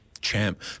Champ